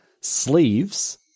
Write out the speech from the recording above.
Sleeves